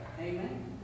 Amen